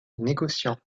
négociant